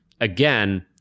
again